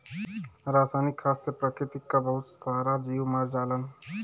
रासायनिक खाद से प्रकृति कअ बहुत सारा जीव मर जालन